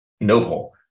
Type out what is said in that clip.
noble